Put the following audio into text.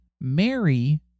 Mary